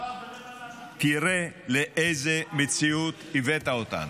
תראה לאיזה מציאות הבאת אותנו: